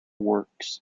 works